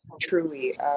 truly